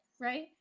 right